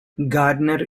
gardner